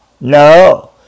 No